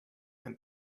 and